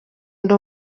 ndi